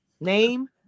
Name